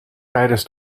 tijdens